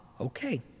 Okay